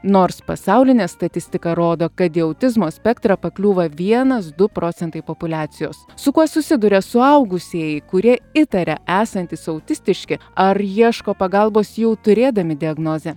nors pasaulinė statistika rodo kad į autizmo spektrą pakliūva vienas du procentai populiacijos su kuo susiduria suaugusieji kurie itaria esantys autistiški ar ieško pagalbos jau turėdami diagnozę